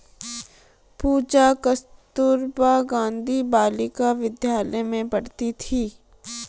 पूजा कस्तूरबा गांधी बालिका विद्यालय में पढ़ती थी